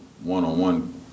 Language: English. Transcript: one-on-one